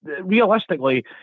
realistically